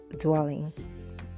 dwelling